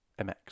MX